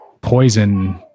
poison